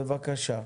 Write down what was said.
בבקשה.